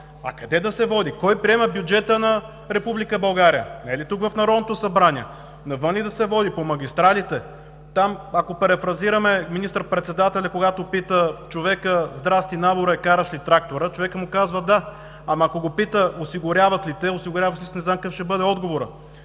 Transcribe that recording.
А къде да се води, кой приема бюджета на Република България? Не е ли тук в Народното събрание? Навън ли да се води, по магистралите? Там, ако перифразираме министър-председателя, когато пита човека: „Здрасти, наборе, караш ли трактора?“, човекът му казва „да“, ама, ако го пита: „Осигуряват ли те, осигуряваш ли се?“, не знам какъв ще бъде отговорът.